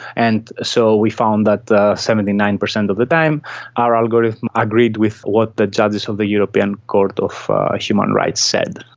and so we found that seventy nine percent of the time our algorithm agreed with what the judges of the european court of human rights said.